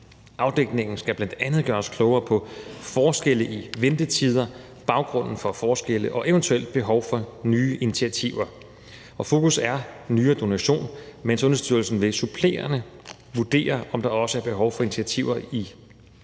Afdækningen skal bl.a. gøre os klogere på forskelle i ventetider, baggrunden for forskellene og et eventuelt behov for nye initiativer, og fokus er nyredonation, men Sundhedsstyrelsen vil supplerende vurdere, om der også er behov for initiativer i forhold